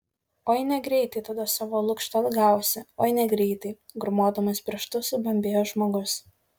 oi negreitai tada savo lukštą atgausi oi negreitai grūmodamas pirštu subambėjo žmogus